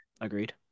Agreed